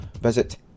visit